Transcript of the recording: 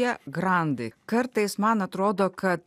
tie grandai kartais man atrodo kad